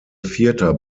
vierter